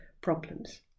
problems